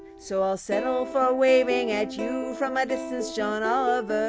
so i'll settle for waving at you from a distance. john oliver,